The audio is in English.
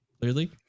clearly